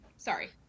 Sorry